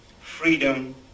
freedom